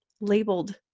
labeled